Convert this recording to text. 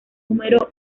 número